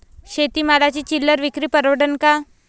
शेती मालाची चिल्लर विक्री परवडन का?